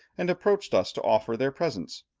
and approached us to offer their presents.